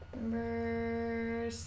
number